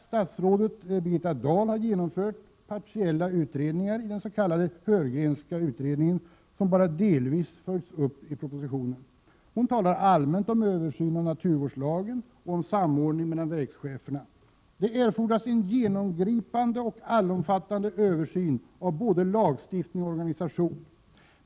Statsrådet Birgitta Dahl har genomfört partiella utredningar när det gäller den s.k. Heurgrenska utredningen som bara delvis har följts uppi propositionen. Hon talar allmänt om en översyn av naturvårdslagen och om en samordning mellan verkscheferna. Men det erfordras en genomgripande och allomfattande översyn av både lagstiftning och organisation.